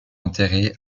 enterré